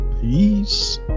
Peace